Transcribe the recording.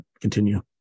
Continue